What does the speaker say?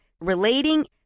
relating